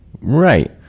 right